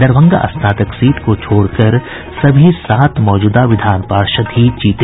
दरभंगा स्नातक सीट को छोड़कर सभी सात मौजूदा विधान पार्षद ही जीते